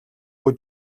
бүү